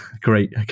Great